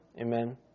Amen